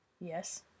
Yes